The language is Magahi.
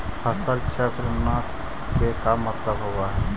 फसल चक्र न के का मतलब होब है?